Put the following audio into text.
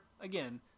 again